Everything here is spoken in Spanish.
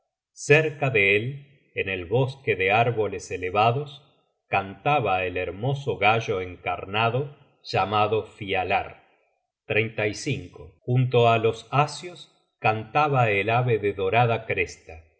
cerca de él en el bosque de árboles elevados cantaba el hermoso gallo encarnado llamado fialar junto á los asios cantaba el ave de dorada cresta